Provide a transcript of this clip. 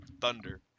Thunder